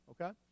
okay